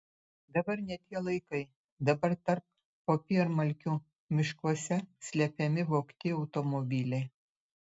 dabar ne tie laikai dabar tarp popiermalkių miškuose slepiami vogti automobiliai